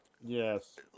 Yes